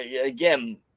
again